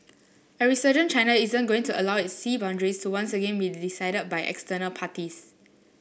a resurgent China isn't going to allow it sea boundaries to once again be decided by external parties